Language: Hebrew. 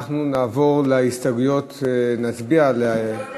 נעבור להסתייגויות, נצביע על, אני לא יודע,